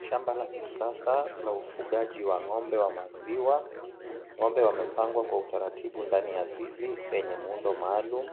Shamba la kisasa la ufugaji wa ng'ombe wa maziwa. Ng'ombe wamepangwa kwa utaratibu ndani ya zizi lenye muundo maalum.